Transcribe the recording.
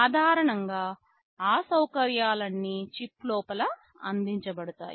సాధారణంగా ఆ సౌకర్యాలన్నీ చిప్ లోపల అందించబడతాయి